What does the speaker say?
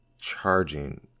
charging